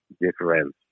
difference